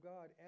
God